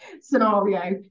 scenario